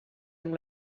amb